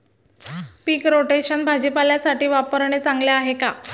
पीक rotation भाजीपाल्यासाठी वापरणे चांगले आहे का?